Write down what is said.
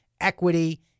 equity